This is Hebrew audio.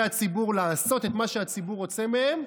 הציבור לעשות את מה שהציבור רוצה מהם,